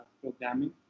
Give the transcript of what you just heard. programming